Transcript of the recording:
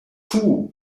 two